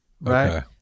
right